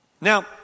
Now